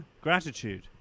Gratitude